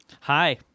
Hi